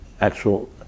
actual